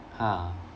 !huh!